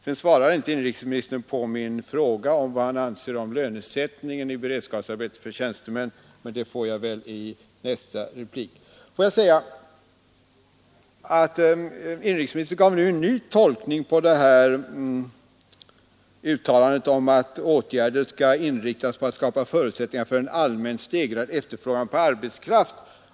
Inrikesministern svarade inte på min fråga om vad han anser om lönesättningen för beredskapsarbeten, men det får jag väl besked om i hans nästa inlägg. Inrikesministern gav nu en ny tolkning av uttalandet att åtgärder skall inriktas på att skapa förutsättningar för en allmänt stegrad efterfrågan på arbetskraft.